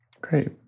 Great